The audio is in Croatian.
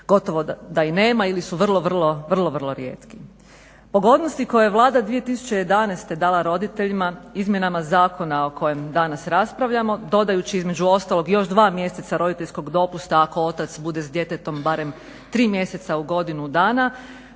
gotovo da i nema ili su vrlo, vrlo rijetki. Pogodnosti koje Vlada 2011.dala roditeljima izmjenama zakona o kojem danas raspravljamo dodajući između ostalog još dva mjeseca roditeljskog dopusta ako otac bude s djetetom barem 3 mjeseca u godinu dana,